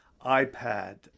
ipad